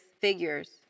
figures